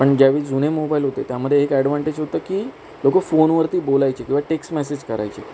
पण ज्या वेळी जुने मोबाईल होते त्यामध्ये एक ॲडव्हांटेज होतं की लोकं फोनवरती बोलायचे किंवा टेक्स्ट मेसेज करायचे